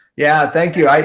yeah, thank you. like